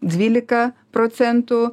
dvylika procentų